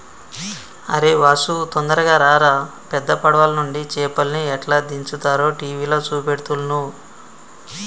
అరేయ్ వాసు తొందరగా రారా పెద్ద పడవలనుండి చేపల్ని ఎట్లా దించుతారో టీవీల చూపెడుతుల్ను